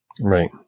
Right